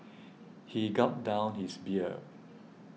he gulped down his beer